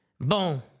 Boom